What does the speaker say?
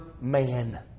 man